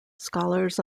scholars